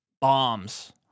bombs